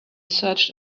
searched